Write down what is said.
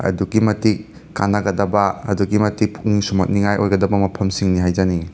ꯑꯗꯨꯛꯀꯤ ꯃꯇꯤꯛ ꯀꯥꯟꯅꯒꯗꯕ ꯑꯗꯨꯛꯀꯤ ꯃꯇꯤꯛ ꯄꯨꯛꯅꯤꯡ ꯁꯨꯝꯍꯠꯅꯤꯡꯉꯥꯏ ꯑꯣꯏꯒꯗꯕ ꯃꯐꯝꯁꯤꯡꯅꯤ ꯍꯥꯏꯖꯅꯤꯡꯏ